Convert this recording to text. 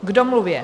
K domluvě.